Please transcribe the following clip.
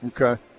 Okay